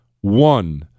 One